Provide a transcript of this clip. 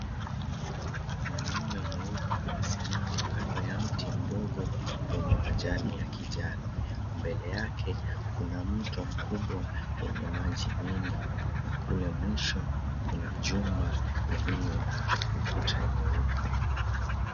Mwanaume mweupe amesimama kando ya mti mdogo mwenye majani ya kijani. Mbele yake kuna mto mkubwa yenye maji mengi, na kule mwisho kuna jumba iliyo na ukuta nyeupe.